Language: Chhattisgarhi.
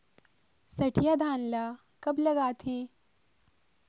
सठिया धान ला कब लगाथें?